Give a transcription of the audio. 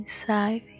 inside